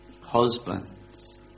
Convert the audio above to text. Husbands